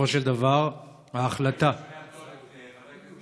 אתה יכול